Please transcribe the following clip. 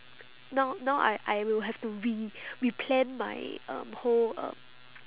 now now I I will have to re~ replan my um whole um